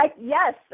Yes